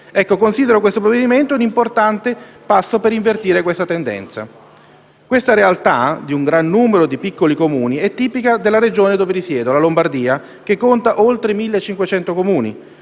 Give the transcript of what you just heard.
pertanto questo provvedimento un importante passo per invertire tale tendenza. Questa realtà di un gran numero di piccoli Comuni è tipica della Regione dove risiedo, la Lombardia, che conta oltre 1.500 Comuni.